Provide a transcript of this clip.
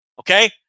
Okay